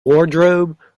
wardrobe